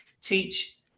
teach